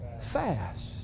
fast